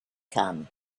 come